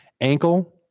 ankle